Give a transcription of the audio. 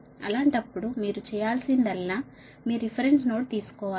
అలాంటప్పుడు మీరు చేయాల్సిందల్లా మీ రిఫరెన్స్ నోడ్ తీసుకోవాలి